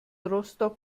rostock